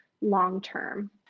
long-term